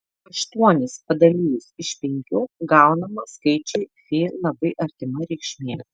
aštuonis padalijus iš penkių gaunama skaičiui fi labai artima reikšmė